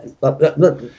Look